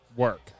work